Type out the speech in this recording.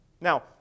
Now